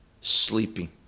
sleeping